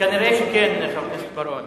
נראה שכן, חבר הכנסת בר-און.